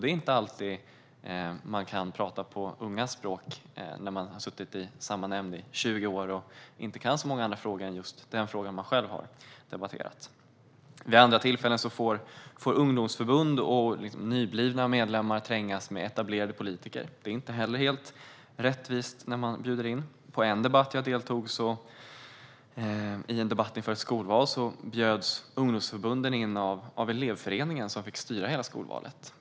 Det är inte alltid man kan prata på ungas språk när man har suttit i samma nämnd i 20 år och inte kan så många andra frågor än den som man själv har debatterat. Vid andra tillfällen får ungdomsförbund och nyblivna medlemmar trängas med etablerade politiker. Det är inte heller helt rättvist. I en debatt som jag deltog i inför ett skolval bjöds ungdomsförbunden in av elevföreningen, som fick styra hela skolvalet.